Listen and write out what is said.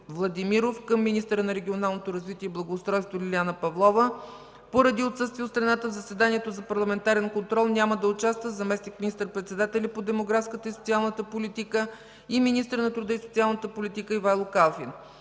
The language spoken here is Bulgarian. към министъра на регионалното развитие и благоустройството Лиляна Павлова. Поради отсъствие от страната, в заседанието за парламентарен контрол няма да участва заместник министър-председателя по демографската и социалната политика и министър на труда и социалната политика Ивайло Калфин.